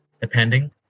depending